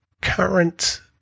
current